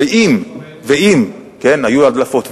וגם של מזכירת הכנסת.